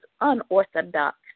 Unorthodox